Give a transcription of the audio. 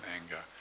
anger